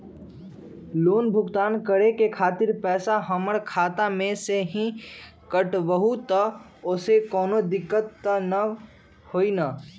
Loan भुगतान करे के खातिर पैसा हमर खाता में से ही काटबहु त ओसे कौनो दिक्कत त न होई न?